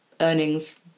earnings